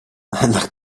nach